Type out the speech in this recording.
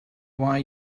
why